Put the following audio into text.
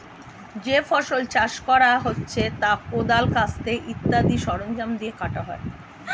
যে ফসল চাষ করা হচ্ছে তা কোদাল, কাস্তে ইত্যাদি সরঞ্জাম দিয়ে কাটা হয়